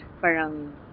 parang